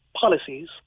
policies